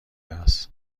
است